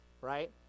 right